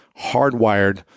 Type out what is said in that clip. hardwired